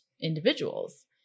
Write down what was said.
individuals